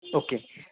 okay